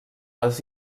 les